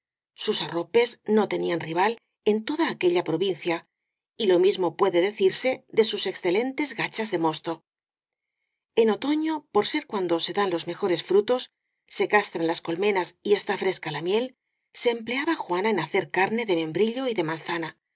sus arropes no tenían rival en toda aquella provincia y lo mismo puede decirse de sus exce lentes gachas de mosto en otoño por ser cuando se dan los mejores frutos se castran las colmenas y está fresca la miel se empleaba juana en hacer carne de membrillo y de manzana